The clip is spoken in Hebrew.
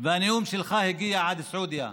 והנאום שלך הגיע עד סעודיה.